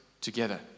together